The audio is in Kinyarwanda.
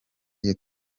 iyo